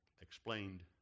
explained